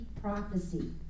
prophecy